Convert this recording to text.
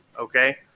Okay